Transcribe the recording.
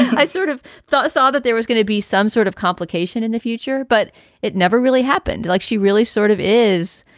i sort of thought i saw that there was going to be some sort of complication in the future, but it never really happened, like she really sort of is.